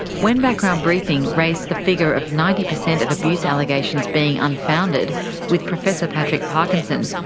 when background briefing raised the figure of ninety percent of abuse allegations being unfounded with professor patrick parkinson,